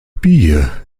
bier